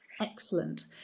Excellent